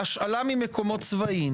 בהשאלה ממקומות צבאיים